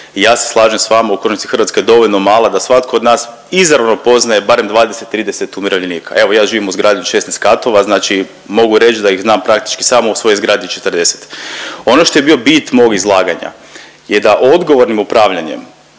ja se slažem s vama, u konačnici, Hrvatska je dovoljno mala da svatko od nas izravno poznaje barem 20, 30 umirovljenika. Evo, ja živim u zgradi sa 16 katova, znači mogu reći da ih znam praktički samo u svojoj zgradi 40. oOo što je bio bit mog izlaganja je da odgovornim upravljanjem